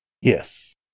Yes